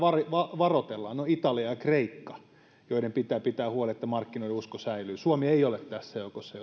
varoitellaan ne ovat italia ja kreikka ja joiden pitää pitää huoli että markkinoiden usko säilyy suomi ei ole tässä joukossa